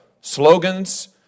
slogans